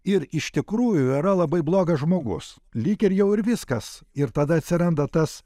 ir iš tikrųjų yra labai blogas žmogus lyg ir jau ir viskas ir tada atsiranda tas